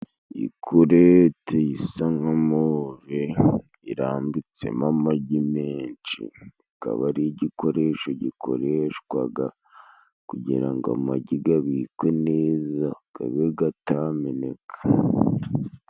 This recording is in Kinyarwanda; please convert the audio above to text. Ikurete isa na move irambitsemo amagi menshi, akaba ari igikoresho gikoreshwaga kugira ngo amagi gabikwe neza gabe gatameneka.